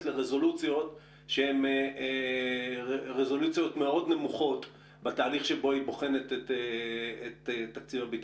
לרזולוציות דקות מאוד בבחינת תקציב הביטחון.